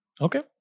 Okay